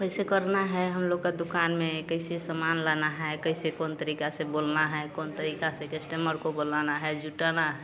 कैसे करना है हम लोग का दुकान में कैसे समान लाना है कैसे कौन तरीका से बोलना है कौन तरीका से कस्टमर को बोलाना है जुटाना है